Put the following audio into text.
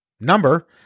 number